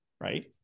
right